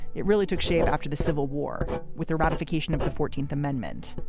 it really took shape after the civil war with the ratification of the fourteenth amendment.